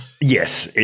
Yes